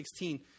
16